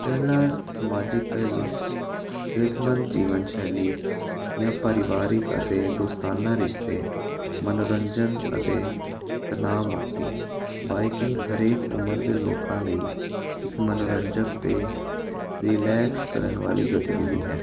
ਪਹਿਲਾ ਸਮਾਜਿਕ ਪਹਿਲੂ ਸਿਹਤਮੰਦ ਜੀਵਨ ਸ਼ੈਲੀ ਜਾਂ ਪਰਿਵਾਰਿਕ ਅਤੇ ਦੋਸਤਾਨਾ ਰਿਸ਼ਤੇ ਮਨੋਰੰਜਨ ਅਤੇ ਤਨਾਅ ਮੁਕਤੀ ਬਾਈਕਿੰਗ ਹਰੇਕ ਉਮਰ ਦੇ ਲੋਕਾਂ ਲਈ ਇੱਕ ਮਨੋਰੰਜਕ ਅਤੇ ਰਿਲੈਕਸ ਕਰਨ ਵਾਲੀ ਗਤੀਵਿਧੀ ਹੈ